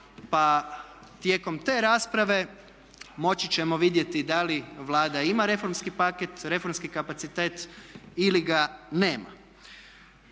Pa tijekom te rasprave moći ćemo vidjeti da li Vlada ima reformski paket, reformski kapacitet ili ga nema.